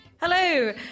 Hello